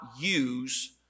use